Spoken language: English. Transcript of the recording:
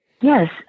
Yes